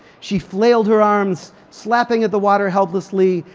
she flailed her arms, slapping at the water helplessly,